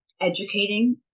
educating